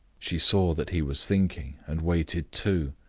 she saw that he was thinking, and waited too.